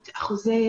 את אחוזי